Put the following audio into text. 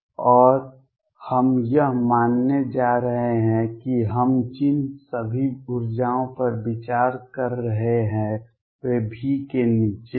और हम यह मानने जा रहे हैं कि हम जिन सभी ऊर्जाओं पर विचार कर रहे हैं वे V के नीचे हैं